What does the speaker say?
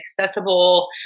accessible